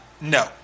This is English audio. No